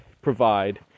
provide